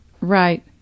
Right